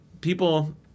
People